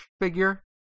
figure